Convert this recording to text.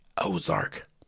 Ozark